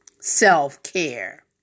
self-care